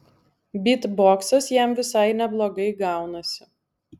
bytboksas jam visai neblogai gaunasi